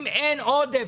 אם אין עודף,